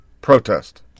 protest